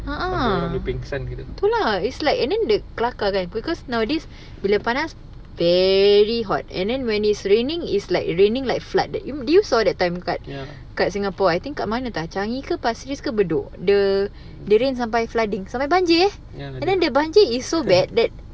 ah ah tu lah it's like and then kelakar kan because nowadays bila panas very hot and then when it's raining it's like raining like flooded did you saw that time dekat dekat singapore I think kat mana entah changi ke pasir ris ke bedok the rain sampai flooding sampai banjir and then the banjir is so bad that